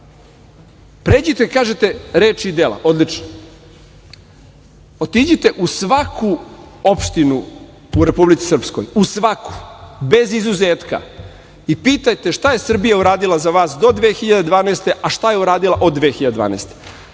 je. Pređite, kažete sa reči na dela. Odlično. Otiđite u svaku opštinu u Republici Srpskoj. U svaku, bez izuzetka, i pitajte šta je Srbija uradila za vas do 2012. godina, a šta je uradila od 2012.